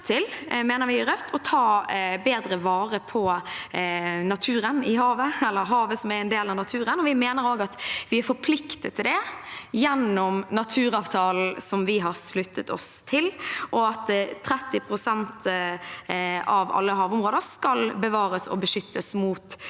vi mener også at vi er forpliktet til det gjennom naturavtalen, som vi har sluttet oss til. 30 pst. av alle havområder skal bevares og beskyttes mot